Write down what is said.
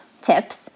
tips